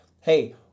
hey